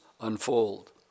unfold